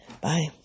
Bye